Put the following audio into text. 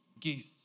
geese